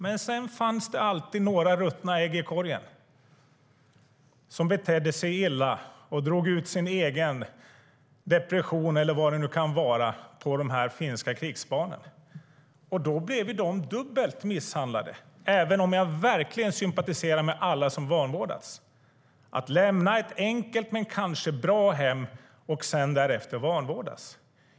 Men sedan fanns det alltid några ruttna ägg i korgen som betedde sig illa och tog ut sin egen depression eller vad det nu kunde vara på de finska krigsbarnen. De blev då dubbelt misshandlade, även om jag verkligen sympatiserar med alla som vanvårdats. De fick lämna ett enkelt men kanske bra hem och blev sedan därefter vanvårdade.